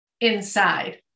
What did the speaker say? inside